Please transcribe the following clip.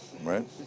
Right